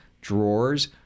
drawers